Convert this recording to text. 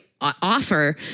offer